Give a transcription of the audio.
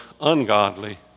ungodly